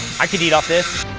i could eat off this.